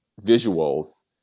visuals